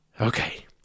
Okay